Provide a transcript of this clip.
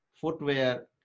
footwear